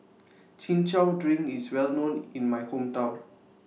Chin Chow Drink IS Well known in My Hometown